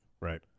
Right